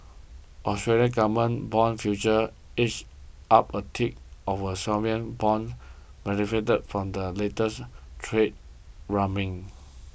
Australian government bond futures edged up a tick of sovereign bonds benefited from the latest trade rumblings